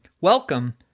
welcome